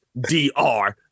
DR